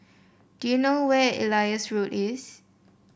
do you know where Elias Road is